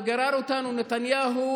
וגרר אותנו נתניהו,